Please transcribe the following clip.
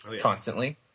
constantly